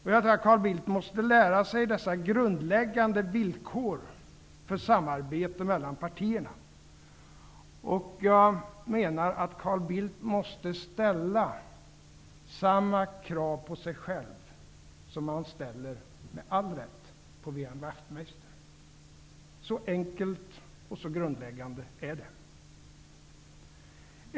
Carl Bildt måste lära sig dessa grundläggande villkor för samarbete mellan partierna. Carl Bildt måste ställa samma krav på sig själv som han, med all rätt, ställer på Ian Wachtmeister. Så enkelt och så grundläggande är det.